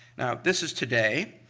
now, this is today,